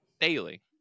daily